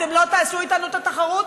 אתם לא תעשו איתנו את התחרות,